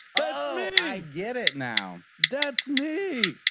i get it now. that's me.